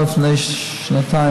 מסיר את עננת התביעה,